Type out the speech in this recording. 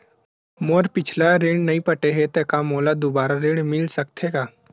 मोर पिछला ऋण नइ पटे हे त का मोला दुबारा ऋण मिल सकथे का?